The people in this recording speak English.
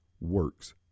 works